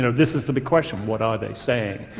you know this is the big question what are they saying,